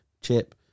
Chip